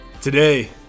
today